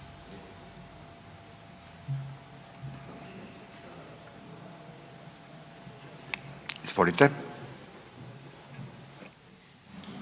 Izvolite.